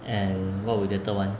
and what would be the third one